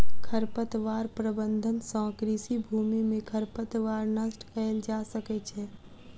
खरपतवार प्रबंधन सँ कृषि भूमि में खरपतवार नष्ट कएल जा सकै छै